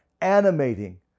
animating